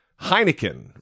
Heineken